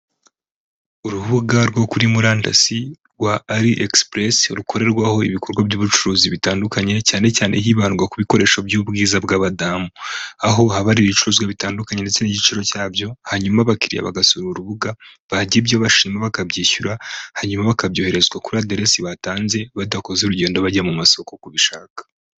Urubuga rwo kuri murandasi rwa ari egisipuresi rukorerwaho ibikorwa by'ubucuruzi bitandukanye cyane cyane hibandwa ku bikoresho by'ubwiza bw'abadamu, aho haba hari ibicuruzwa bitandukanye ndetse n'igiciro cya byo hanyuma abakiriya bagasura urubuga, bagira ibyo bashima bakabyishyura hanyuma bakabyishyura kuri aderesi batanze badakoze urugendo bajya mu masoko kubishaka.